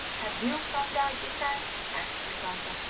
have you found out this time asked the sultan.